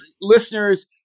Listeners